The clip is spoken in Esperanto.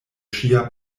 ŝia